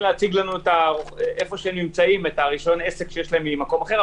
להציג לנו את רישיון העסק שיש להם ממקום אחר.